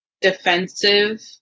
defensive